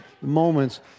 moments